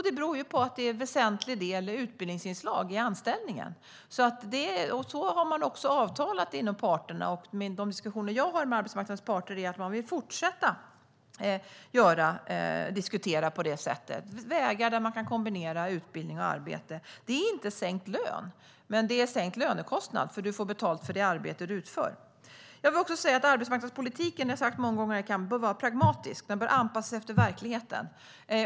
Det beror ju på att en väsentlig del av anställningen är utbildningsinslag. Så har man också avtalat mellan parterna. I de diskussioner jag har med arbetsmarknadens parter säger man att man vill fortsätta diskutera vägar att kombinera utbildning och arbete. Det är inte sänkt lön, men det är sänkt lönekostnad eftersom man får betalt för det arbete man utför. Jag har sagt många gånger här i kammaren att arbetsmarknadspolitiken bör vara pragmatisk. Den bör anpassas efter verkligheten.